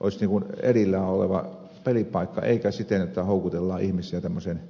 olisi niin kuin erillään oleva pelipaikka eikä siten että houkutellaan ihmisiä tämmöiseen